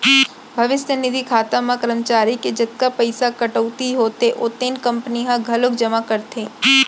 भविस्य निधि खाता म करमचारी के जतका पइसा कटउती होथे ओतने कंपनी ह घलोक जमा करथे